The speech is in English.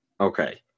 Okay